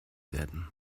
werden